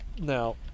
Now